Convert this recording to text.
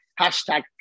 hashtag